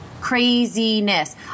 craziness